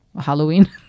Halloween